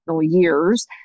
years